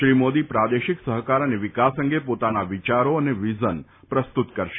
શ્રી મોદી પ્રાદેશિક સહકાર અને વિકાસ અંગે પોતાના વિચારો અને વિઝન પ્રસ્તુત કરશે